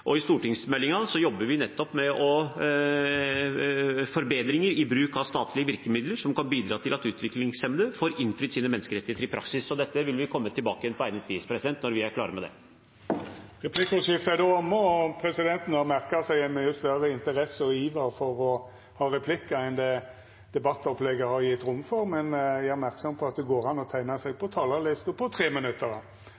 I stortingsmeldingen jobber vi nettopp med forbedringer i bruk av statlige virkemidler som kan bidra til at utviklingshemmede får innfridd sine menneskerettigheter i praksis. Dette vil vi komme tilbake til på egnet vis når vi er klare med det. Replikkordskiftet er omme. Presidenten har merka seg ein mykje større interesse for og iver etter å ta replikkar enn debattopplegget har gjeve rom for, men gjer merksam på at det går an å teikna seg